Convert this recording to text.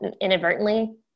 inadvertently